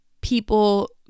people